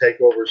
takeovers